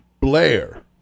Blair